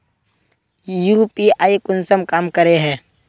UPI कुंसम काम करे है?